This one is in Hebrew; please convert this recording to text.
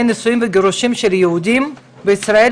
נישואים וגירושים של יהודים בישראל,